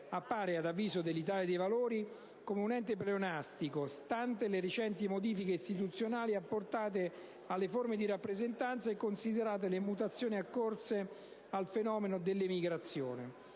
appare, ad avviso dell'Italia dei Valori, come un ente pleonastico, stante le recenti modifiche istituzionali apportate alle forme di rappresentanza e considerate le mutazioni occorse al fenomeno dell'emigrazione.